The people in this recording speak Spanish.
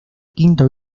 quinto